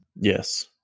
Yes